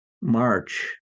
March